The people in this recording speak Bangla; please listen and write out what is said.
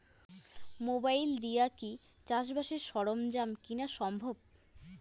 মোবাইল দিয়া কি চাষবাসের সরঞ্জাম কিনা সম্ভব?